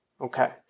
Okay